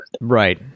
right